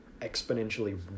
exponentially